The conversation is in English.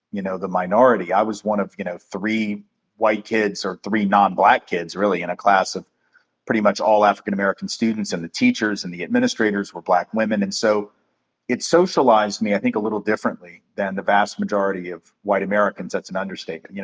you know, the minority. i was one of, you know, three white kids or three non-black kids, really, in a class of pretty much all african american students. and the teachers and the administrators were black women. and so it socialized me i think a little differently than the vast majority of white americans. that's an understatement. you know,